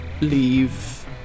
leave